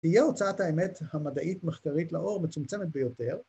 ‫תהיה הוצאת האמת המדעית-מחקרית ‫לאור מצומצמת ביותר.